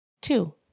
Two